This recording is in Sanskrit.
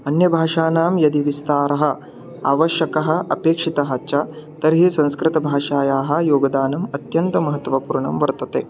अन्यभाषाणां यदि विस्तारः आवश्यकः अपेक्षितः च तर्हि संस्कृतभाषायाः योगदानम् अत्यन्तमहत्त्वपूर्णं वर्तते